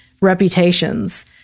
reputations